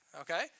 okay